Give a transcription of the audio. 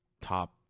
top